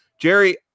Jerry